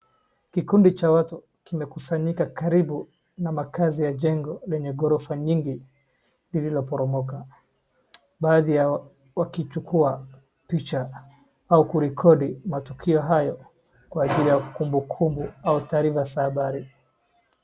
Kikundi cha watu kimekusanyika karibu na makazi ya jengo lenye gorofa mingi lililoporomoka. Baadhi yao wakichukua picha au kurekodi matukio hayo kwa ajili ya kumbukumbu au taarifa za habari.